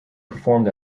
performed